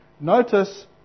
Notice